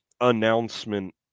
announcement